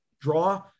draw